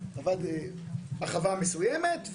עבד בחווה מסוימת,